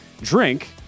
Drink